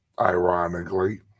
ironically